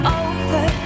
over